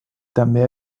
també